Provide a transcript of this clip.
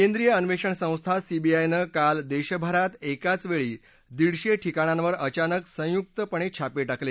केंद्रीय अन्वेषण संस्था सीबीआयनं काल देशभरात एकाच वेळी दीडशे ठिकाणांवर अचानक संयुक्तपणे छापे टाकले